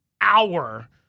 hour